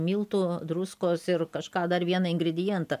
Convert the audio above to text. miltų druskos ir kažką dar vieną ingredientą